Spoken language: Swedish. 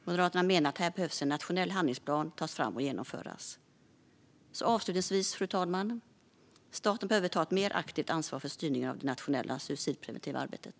Moderaterna menar att här behöver en nationell handlingsplan tas fram och genomföras. Avslutningsvis, fru talman: staten behöver ta ett mer aktivt ansvar för styrningen av det nationella suicidpreventiva arbetet.